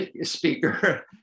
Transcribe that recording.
speaker